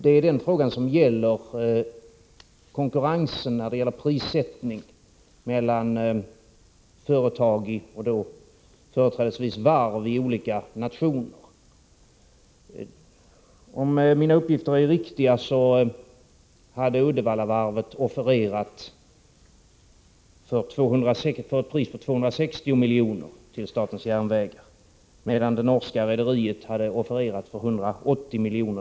Det är den fråga som gäller konkurrensen beträffande prissättningen mellan företag, företrädesvis varv, i olika nationer. Om mina uppgifter är riktiga hade Uddevallavarvet offererat ett pris på 260 miljoner till statens järnvägar, medan det norska rederiet hade offererat 180 miljoner.